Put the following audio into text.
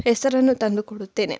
ಹೆಸರನ್ನು ತಂದುಕೊಡುತ್ತೇನೆ